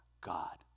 God